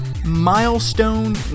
Milestone